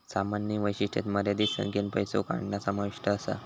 सामान्य वैशिष्ट्यांत मर्यादित संख्येन पैसो काढणा समाविष्ट असा